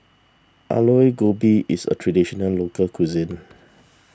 Alu Gobi is a Traditional Local Cuisine